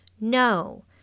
No